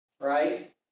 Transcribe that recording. right